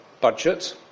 budget